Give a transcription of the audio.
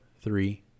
three